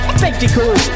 spectacle